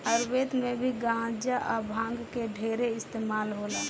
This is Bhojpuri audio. आयुर्वेद मे भी गांजा आ भांग के ढेरे इस्तमाल होला